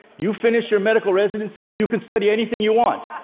you finish your medical residency, you can study anything you want.